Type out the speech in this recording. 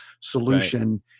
solution